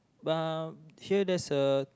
but here there's a